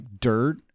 dirt